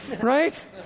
Right